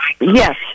yes